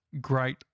great